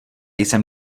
jsem